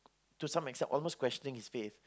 to some extent almost questioning his faith